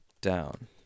down